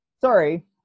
Sorry